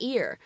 Ear